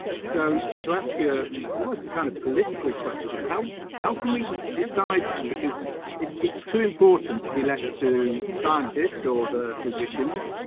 so to ask you almost the kind of political question, how, how can we decide that because it's it's too important to be left to the scientists or so the physicians,